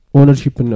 ownership